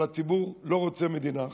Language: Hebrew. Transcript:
אבל הציבור לא רוצה מדינה אחת.